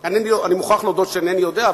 אני מוכרח להודות שאינני יודע,